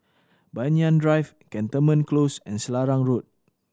Banyan Drive Cantonment Close and Selarang Road